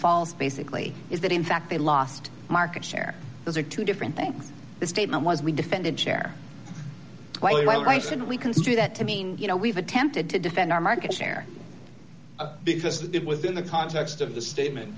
false basically is that in fact they lost market share those are two different things the statement was we defended chair why why why should we construe that to mean you know we've attempted to defend our market share a big this did within the context of the statement